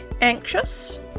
anxious